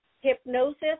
hypnosis